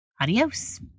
Adios